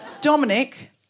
Dominic